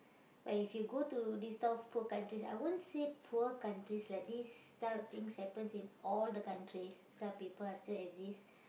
but if you go to these type of poor countries I won't say poor countries like this type of things happens in all the countries some people are still exist